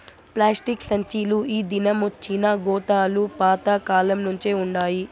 plastic సంచీలు ఈ దినమొచ్చినా గోతాలు పాత కాలంనుంచే వుండాయి